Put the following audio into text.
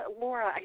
laura